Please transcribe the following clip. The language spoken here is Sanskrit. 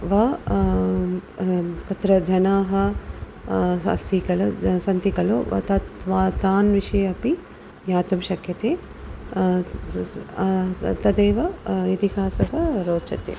वा तत्र जनाः अस्ति खलु सन्ति खलु तत् त्वा तान् विषयान् अपि ज्ञातुं शक्यते स् तदेव इतिहासः रोचते